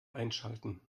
einschalten